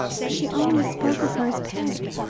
but she always spoke of her as peg.